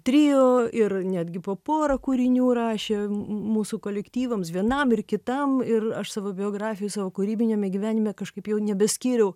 trio ir netgi po porą kūrinių rašė mūsų kolektyvams vienam ir kitam ir aš savo biografijoj savo kūrybiniame gyvenime kažkaip jau nebeskyriau